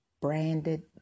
branded